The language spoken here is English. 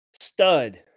stud